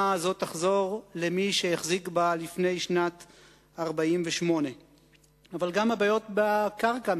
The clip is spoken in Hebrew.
הזאת תחזור למי שהחזיק בה לפני שנת 1948. אבל גם הבעיות בקרקע,